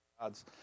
gods